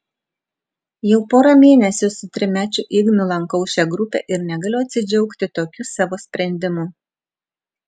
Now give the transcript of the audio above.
jau porą mėnesių su trimečiu ignu lankau šią grupę ir negaliu atsidžiaugti tokiu savo sprendimu